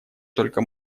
только